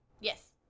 Yes